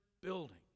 building